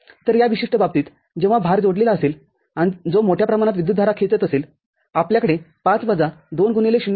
तर या विशिष्ट बाबतीतजेव्हा भार जोडलेला असेल आणि जो मोठ्या प्रमाणात विद्युतधारा खेचत असेलआपल्याकडे ५ वजा २ गुणिले ०